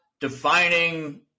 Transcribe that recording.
defining